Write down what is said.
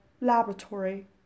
laboratory